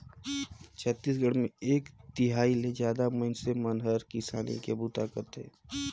छत्तीसगढ़ मे एक तिहाई ले जादा मइनसे मन हर किसानी के बूता करथे